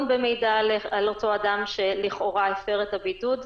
במידע על אותו אדם שלכאורה הפר את הבידוד,